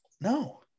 No